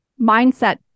mindset